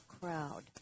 crowd